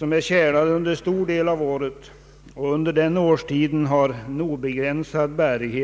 är tjälade under så stor del av året och under denna årstid har obegränsad bärighet.